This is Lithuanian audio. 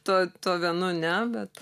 tu tuo vienu ne bet